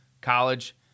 college